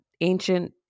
ancient